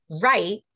right